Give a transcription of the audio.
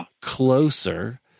closer